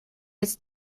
its